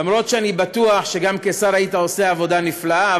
למרות שאני בטוח שגם כשר היית עושה עבודה נפלאה.